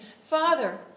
Father